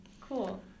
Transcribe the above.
cool